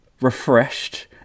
refreshed